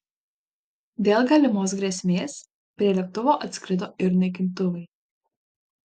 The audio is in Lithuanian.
dėl galimos grėsmės prie lėktuvo atskrido ir naikintuvai